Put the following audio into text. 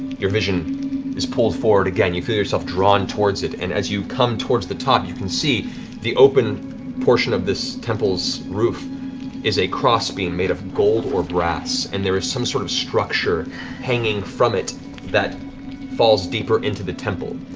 your vision is pulled forward again. you feel yourself drawn towards it, and as you come towards the top, you can see the open portion of this temple's roof is a crossbeam made of gold or brass, and there is some sort of structure hanging from it that falls deeper into the temple.